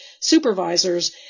supervisors